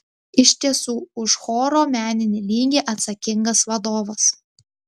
iš tiesų už choro meninį lygį atsakingas vadovas